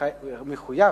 מחויב